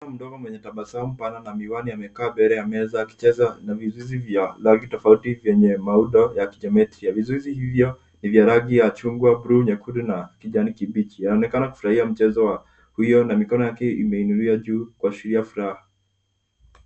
Mtoto mdogo mwenye tabasamu pana na miwani, amekaa mbele ya meza, akicheza na vizuizi vya rangi tofauti vyenye maundo ya kijometri. Vizuizi hivyo ni vya rangi ya chungwa, buluu, nyekundu na kijani kibichi. Inaonekana kufurahia mchezo wa huyo na mikono yake imeinuliwa juu kuashiria furaha.